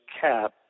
cap